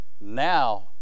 Now